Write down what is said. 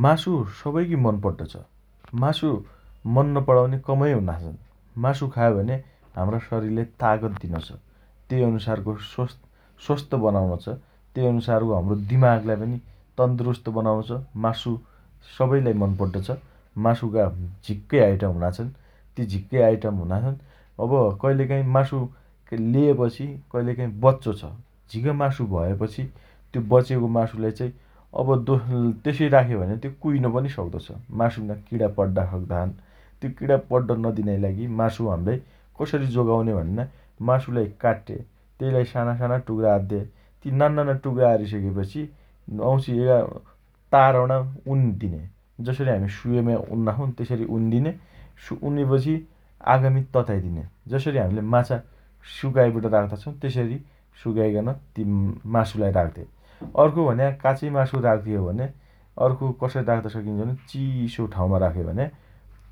मासु सबैकी मन पड्डो छ । मासु मन नपणाउने कमै हुना छन् । मासु खायो भने हाम्रा शरिरले तागत दिनो छ । तेइ अनुसारको स्वस् स्वस्थ बनाउनो छ । तेइ अनुसारको हम्रो दिमाग लाई पनि तन्दुरुस्त बनाउनो छ । मासु सबैलाई मन पड्डो छ । मासुका झिक्कै आइटम हुना छन् । ती झिक्कै आइटम हुना छन् । अब कहिलेकाही मासु लिएपछि कहिलेकाहीँ बच्चो छ । झिक मासु भयो पछि त्यो बचेको मासुलाई अब दोस्स तेसोइ राख्यो भने कुइन पनि सक्दोछ । मासुइना किणा पड्डा सक्ता छन् । ती किणा पड्ड नदिनाइ लागि मासु हाम्लाई कसरी जोगाउने भन्ने मासुलाई काट्टे तेइलाई साना साना टुक्रा अद्दे । नान्नाना टुक्रा अरिसकेपछि वाउँछि एका तारम्णा उन्दिने । जसरी हामी सुयमी उन्ना छौन । तेसरी उन्दिने । सु्क् उनेपछि आगामी तताइ दिने । जसरी हमीले माछा सुकाइम्ट राख्ता छौँ तेसइ अरि सुकाइकन यीन्न मासुलाई राख्ते । अर्को भन्या काचोइ मासु राख्यो भने अर्को कसरी राख्त सकिन्छ भने चिसो ठाउँमा राख्यो भने